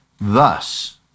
thus